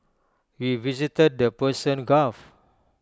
we visited the Persian gulf